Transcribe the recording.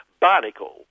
Barnacle